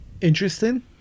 interesting